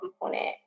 component